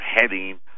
heading